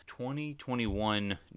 2021